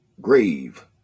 grave